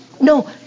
No